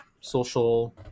social